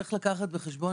יש לקחת בחשבון,